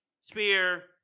Spear